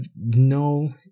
no